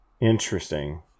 Interesting